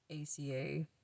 ACA